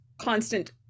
constant